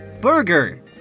Burger